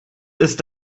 ist